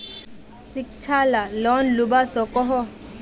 शिक्षा ला लोन लुबा सकोहो?